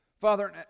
Father